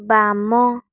ବାମ